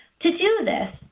to do this,